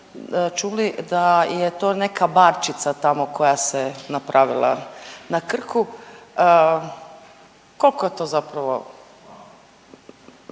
čuli da je to neka barčica tamo koja se napravila na Krku, koliko je to zapravo,